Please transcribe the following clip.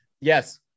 Yes